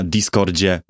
Discordzie